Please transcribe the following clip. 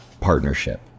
partnership